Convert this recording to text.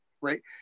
right